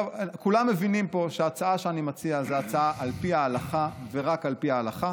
כולם מבינים פה שההצעה שאני מציע היא הצעה על פי ההלכה ורק על פי ההלכה.